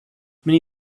many